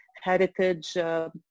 heritage